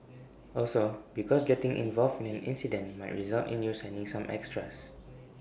also because getting involved in an incident might result in you signing some extras